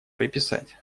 приписать